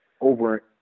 over